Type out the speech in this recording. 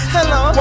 Hello